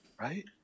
Right